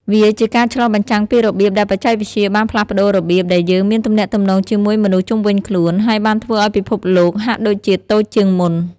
វាជាការឆ្លុះបញ្ចាំងពីរបៀបដែលបច្ចេកវិទ្យាបានផ្លាស់ប្តូររបៀបដែលយើងមានទំនាក់ទំនងជាមួយមនុស្សជុំវិញខ្លួន ហើយបានធ្វើឲ្យពិភពលោកហាក់ដូចជាតូចជាងមុន។